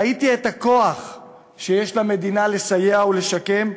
ראיתי את הכוח שיש למדינה לסייע ולשקם,